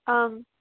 ꯑꯪ